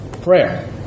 Prayer